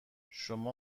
شما